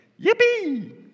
Yippee